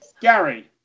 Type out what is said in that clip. Gary